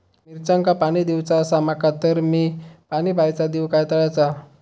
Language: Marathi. मिरचांका पाणी दिवचा आसा माका तर मी पाणी बायचा दिव काय तळ्याचा?